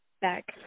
back